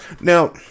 Now